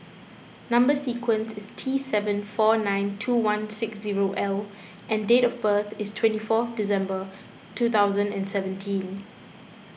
Number Sequence is T seven four nine two one six zero L and date of birth is twenty four December two thousand and seventeen